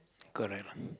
correct lah